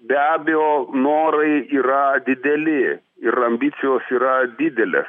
be abejo norai yra dideli ir ambicijos yra didelės